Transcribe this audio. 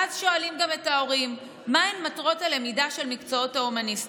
ואז גם שואלים את ההורים: מהן מטרות הלמידה של מקצועות ההומניסטיקה?